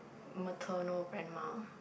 maternal grandma